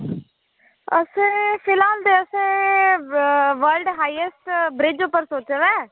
असें फिलहाल ते असें वर्ल्ड हाइएस्ट ब्रिज उप्पर सोचे दा ऐ